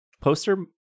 Poster